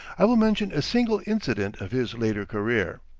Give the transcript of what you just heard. i will mention a single incident of his later career.